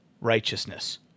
righteousness